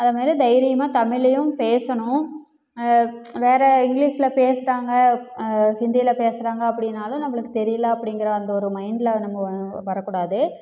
அதுமாதிரி தைரியமாக தமிழையும் பேசணும் வேறு இங்கிலீஷில் பேசுறாங்க ஹிந்தியில் பேசறாங்க அப்படினாலும் நம்மளுக்கு தெரியலை அப்படிங்கிற அந்த ஒரு மைண்டில் நம்ம வரக்கூடாது